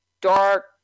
dark